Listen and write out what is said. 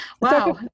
Wow